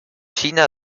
china